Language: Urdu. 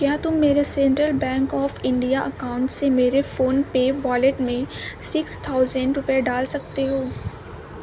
کیا تم میرے Central Bank of India account سے میرے فون پے والیٹ میں سکس تھاؤزنڈ روپے ڈال سکتے ہو